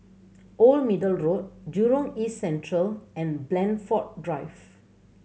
Old Middle Road Jurong East Central and Blandford Drive